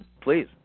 Please